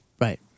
Right